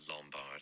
Lombard